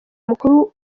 mukuru